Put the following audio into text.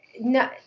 no